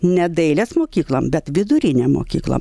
ne dailės mokyklom bet vidurinėm mokyklo